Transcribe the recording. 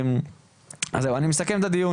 אני מסכם את הדיון.